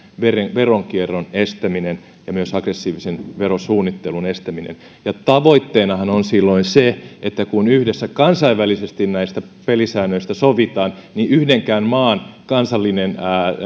veronkierron estämisestä ja myös aggressiivisen verosuunnittelun estämisestä tavoitteenahan on silloin se että kun yhdessä kansainvälisesti näistä pelisäännöistä sovitaan niin yhdenkään maan kansallinen